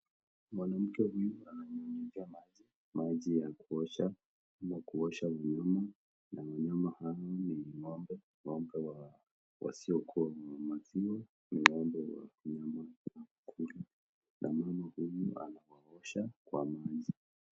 Mwanamke huyu ananyunyuzia maji ya kuosha ama kuoshwa viumbe na mnyama hawa ni ngombe wasiokua wa maziwa, ni ngombe wa nyama ya kula na mama huyu anawaosha kwa maji.